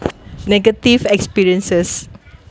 negative experiences